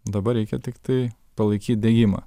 dabar reikia tiktai palaikyt degimą